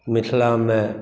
मिथिलामे